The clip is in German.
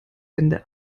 ende